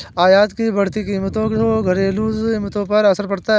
आयात की बढ़ती कीमतों से घरेलू कीमतों पर असर पड़ता है